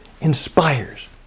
inspires